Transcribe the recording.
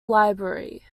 library